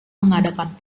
mengadakan